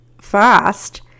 fast